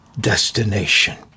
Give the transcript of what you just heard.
destination